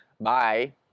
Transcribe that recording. Bye